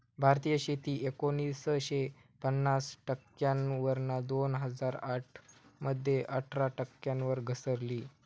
भारतीय शेती एकोणीसशे पन्नास टक्क्यांवरना दोन हजार आठ मध्ये अठरा टक्क्यांवर घसरली